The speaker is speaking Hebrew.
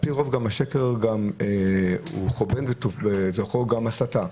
על-פי רוב, השקר טומן בחובו גם הסתה.